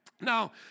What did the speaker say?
Now